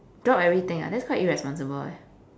drop everything ah that's quite irresponsible eh